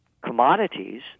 commodities